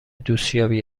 دوستیابی